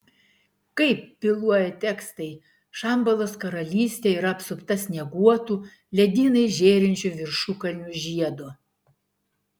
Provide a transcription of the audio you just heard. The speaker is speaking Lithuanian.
kaip byloja tekstai šambalos karalystė yra apsupta snieguotų ledynais žėrinčių viršukalnių žiedo